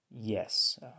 Yes